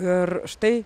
ir štai